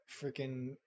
freaking